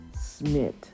Smith